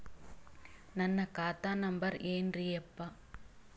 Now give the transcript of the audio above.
ನನ್ನ ಖಾತಾ ನಂಬರ್ ಏನ್ರೀ ಯಪ್ಪಾ?